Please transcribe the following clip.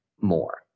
more